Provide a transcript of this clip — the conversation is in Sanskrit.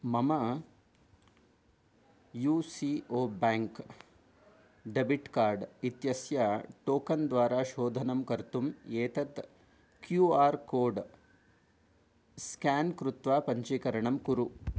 मम U C O bank debit card इत्यस्य टोकन् द्वारा शोधनं कर्तुम् एतत् क्यू आर् कोड् स्केन् कृत्वा पञ्चीकरणं कुरु